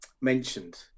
mentioned